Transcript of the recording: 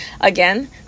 Again